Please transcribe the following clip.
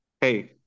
Hey